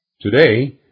Today